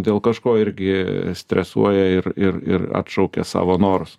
dėl kažko irgi stresuoja ir ir ir atšaukia savo norus